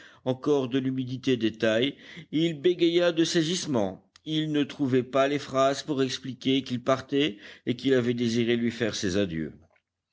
encore de l'humidité des tailles il bégaya de saisissement il ne trouvait pas les phrases pour expliquer qu'il partait et qu'il avait désiré lui faire ses adieux